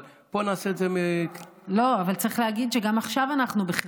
אבל צריך להגיד שגם עכשיו אנחנו בחירום.